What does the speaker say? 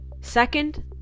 Second